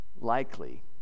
likely